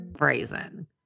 brazen